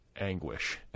anguish